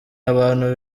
abantu